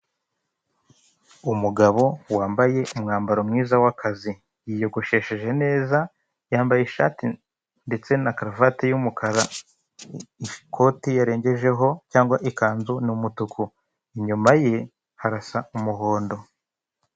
Umugabo wambaye umwambaro mwiza w'akazi yiyogoshesheje neza, yambaye ishati ndetse na karuvate y'umukara, ikoti yarengejeho cyangwa ikanzu ni umutuku, inyuma ye harasa umuhondo.